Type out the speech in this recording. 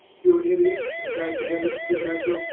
your image, as i bear it within myself,